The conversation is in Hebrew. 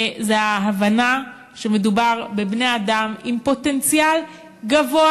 זו ההבנה שמדובר בבני-אדם עם פוטנציאל גבוה